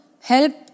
help